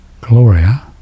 Gloria